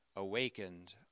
awakened